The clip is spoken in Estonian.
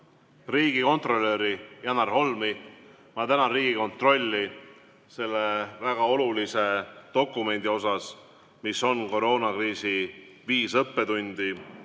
riigikontrolör Janar Holmi. Ma tänan Riigikontrolli selle väga olulise dokumendi eest, mis on "Koroonakriisi viis õppetundi".